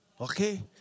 Okay